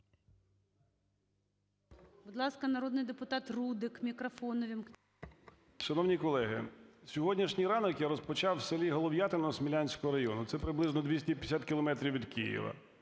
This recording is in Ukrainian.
Будь ласка, народний депутат Рудик, мікрофон увімкніть. 17:45:05 РУДИК С.Я. Шановні колеги, сьогоднішній ранок я розпочав в селі Голов'ятине Смілянського району, це приблизно 250 кілометрів від Києва.